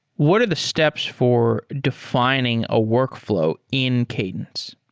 what are the steps for defining a workflow in cadence?